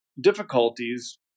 difficulties